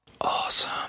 Awesome